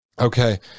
okay